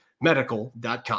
medical.com